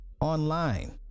online